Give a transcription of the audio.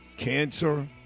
cancer